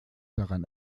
daran